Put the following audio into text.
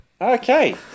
Okay